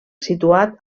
situat